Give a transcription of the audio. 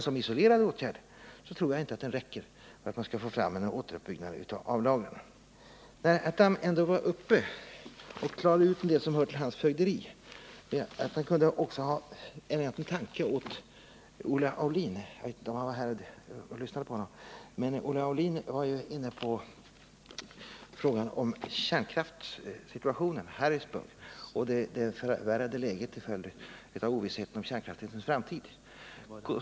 Som isolerad åtgärd tror jag inte att den räcker för en återuppbyggnad av lagren. När herr Tham ändå var uppe och klarade ut vad som hör till hans fögderi kunde han också ha ägnat en tanke åt Olle Aulin. Jag vet inte om herr Tham var här och lyssnade på honom. Olle Aulin var inne på kärnkraftssituationen i Harrisburg och det förvärrade läget till följd av ovissheten om kärnkraftens framtid.